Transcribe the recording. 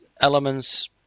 elements